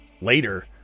later